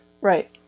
Right